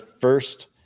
first